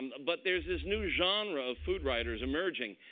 and but there's this new genre of food writers emerging.